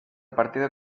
partido